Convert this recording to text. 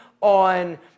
on